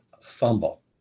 Fumble